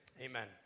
Amen